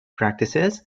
practices